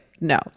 No